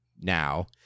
now